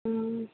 ఆ